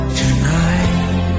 tonight